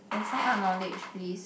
your fine art knowledge please